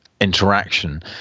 interaction